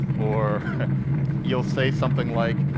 or you'll say something like,